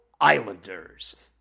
Islanders